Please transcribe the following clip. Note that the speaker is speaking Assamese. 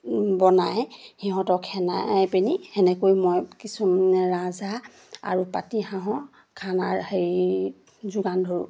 বনাই সিহঁতক সেনাই পিনি সেনেকৈ মই কিছুমান ৰাজহাঁহ আৰু পাতি হাঁহৰ খানাৰ হেৰি যোগান ধৰোঁ